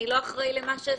אני לא אחראי למה שעשיתי?